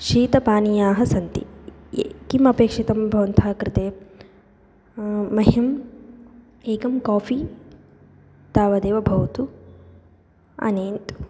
शीतपानीयाः सन्ति ये किमपेक्षितं भवन्तः कृते मह्यम् एकं कोफ़ि तावदेव भवतु आनयन्तु